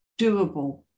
doable